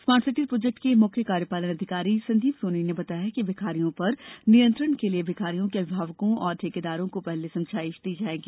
smart city project के मुख्य कार्यपालन अधिकारी संदीप सोनी ने बताया कि भिखारियों पर नियंत्रण के लिए भिखारियों के अभिभावकों और ठेकेदारों को पहले समझाइश दी जाएगी